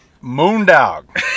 moondog